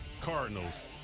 cardinals